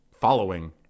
following